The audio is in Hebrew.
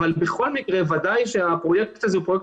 אבל בכל מקרה ודאי שהפרויקט הזה הוא פרויקט